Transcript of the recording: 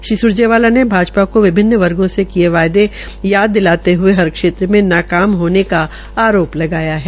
श्री सुरजेवाला ने भाजपा को विभिन्न वर्गो से किए गये वायदे वादे दिलाते हये हर क्षेत्र मे नाकाम होने का आरोप लगाया है